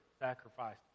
sacrifice